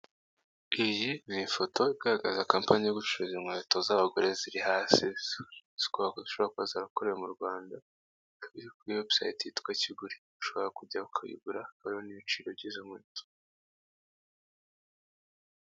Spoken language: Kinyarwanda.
Iyi ni foto igaragaza kampani icuruza inkweto z'abagore ziri hasi zishobora kuba zarakorewe mu Rwanda ziri kuri webusayiti yitwa kigure ushobora kujyaho ukayigura haba hariho n'ibiciro by'izo nkweto.